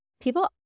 People